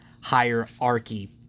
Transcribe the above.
hierarchy